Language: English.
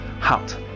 hot